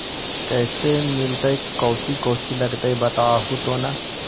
कैसे मिलतय कौची कौची लगतय बतैबहू तो न?